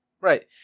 Right